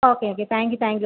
okay okay thank you thank you